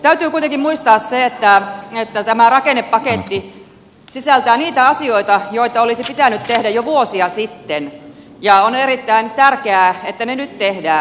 täytyy kuitenkin muistaa se että tämä rakennepaketti sisältää niitä asioita joita olisi pitänyt tehdä jo vuosia sitten ja on erittäin tärkeää että ne nyt tehdään